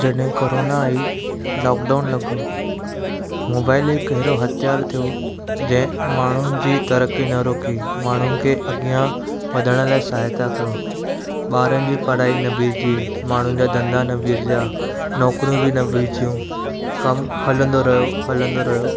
जॾहिं कोरोना आई लॉकडाउन लॻो मोबाइल हिकु अहिड़ो हथियारु थियो जंहिं माण्हुनि जी तरक़ी न रुकी माण्हू खे अॻियां वधाइण लाइ सहायता कयो ॿारनि जी पढ़ाई न बीठी माण्हुनि जा धंधा न बीठा नौकिरियूं बि न बीठियूं कमु हलंदो रहियो हलंदो रहियो